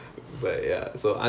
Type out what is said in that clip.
oh okay